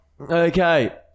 Okay